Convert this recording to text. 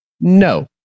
no